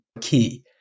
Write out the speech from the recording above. key